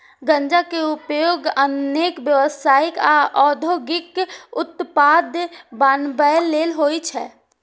गांजा के उपयोग अनेक व्यावसायिक आ औद्योगिक उत्पाद बनबै लेल होइ छै